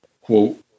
quote